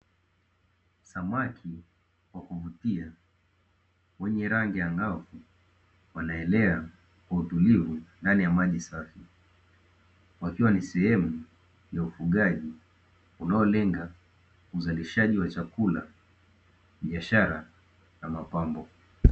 Samaki wa kuvutia wenye rangi angavu wanaelea kwa utulivu ndani ya maji safi, wakiwa ni sehemu ya ufugaji unaolenga uzalishaji wa chakula, biashara na mapambo.